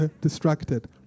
distracted